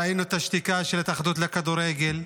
ראינו את השתיקה של התאחדות הכדורגל,